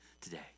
today